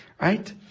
right